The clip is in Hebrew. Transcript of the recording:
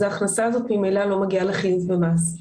ההכנסה הזאת ממילא לא מגיעה לחיוב במס.